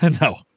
no